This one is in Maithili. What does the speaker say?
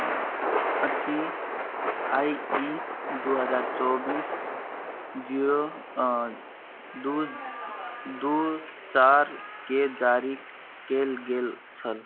अछि आओर ई ई दुइ हजार चौबिस जीरो दुइ दुइ चारिके जारी कएल गेल छल